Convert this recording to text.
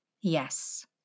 Yes